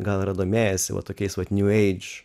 gal yra domėjosi va tokiais vat new age